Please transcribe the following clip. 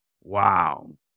Wow